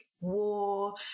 war